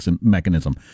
mechanism